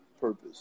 purpose